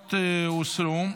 שההסתייגויות הוסרו,